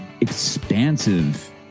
expansive